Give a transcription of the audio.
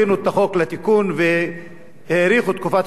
הכינו את החוק לתיקון והאריכו את תקופת